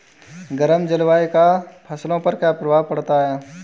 गर्म जलवायु का फसलों पर क्या प्रभाव पड़ता है?